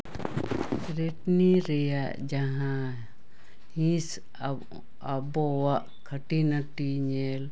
Redmi ᱨᱮᱭᱟᱜ ᱡᱟᱦᱟᱸ ᱦᱤᱸᱥ ᱟᱵᱚᱣᱟᱜ ᱠᱷᱟᱹᱴᱤᱼᱱᱟ ᱴᱤ ᱧᱮᱞ